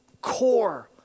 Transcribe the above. core